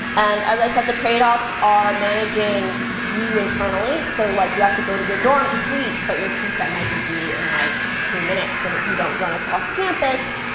and as i said, the trade-offs are managing you internally, so like you have to go to your dorm to sleep, but your pset might be due in like two minutes, and if you don't run across campus,